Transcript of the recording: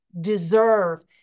deserve